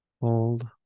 Hold